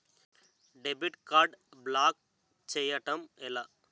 Debit card block చేయటం ఎలా?